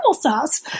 sauce